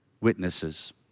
witnesses